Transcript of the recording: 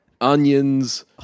onions